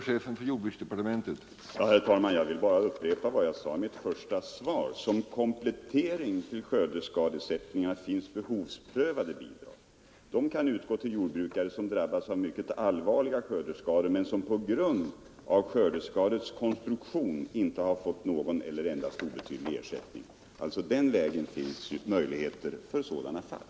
Herr talman! Jag vill bara upprepa vad jag sade i mitt svar: ”Som komplettering till skördeskadeersättningarna finns behovsprövade bidrag. Dessa kan utgå till jordbrukare som drabbats av mycket allvarliga skördeskador men som på grund av skördeskadeskyddets konstruktion inte har fått någon eller endast obetydlig ersättning.” Den vägen finns det alltså möjligheter till ersättning i sådana fall.